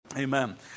Amen